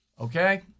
Okay